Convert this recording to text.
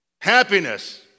Happiness